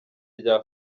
rya